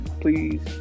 please